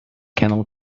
kennel